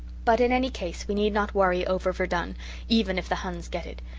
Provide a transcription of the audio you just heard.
but in any case we need not worry over verdun, even if the huns get it.